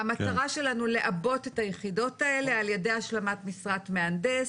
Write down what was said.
המטרה שלנו היא לעבות את היחידות האלה על ידי השלמת משרת מהנדס,